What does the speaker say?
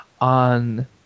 on